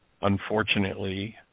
unfortunately